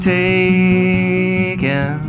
taken